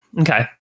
Okay